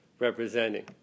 Representing